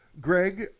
Greg